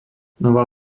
nová